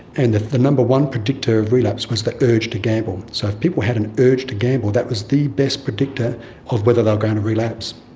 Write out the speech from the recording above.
and the the number one predictor of relapse was the urge to gamble. so if people had an urge to gamble, that was the best predictor of whether they were going to relapse.